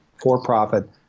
for-profit